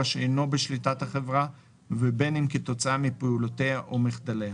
שאינו בשליטת החברה ובין אם כתוצאה מפעולותיה או מחדליה.